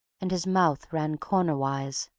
and his mouth ran cornerwise.